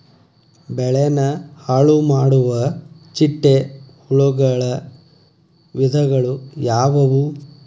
ಬೆಳೆನ ಹಾಳುಮಾಡುವ ಚಿಟ್ಟೆ ಹುಳುಗಳ ವಿಧಗಳು ಯಾವವು?